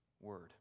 word